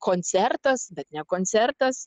koncertas bet ne koncertas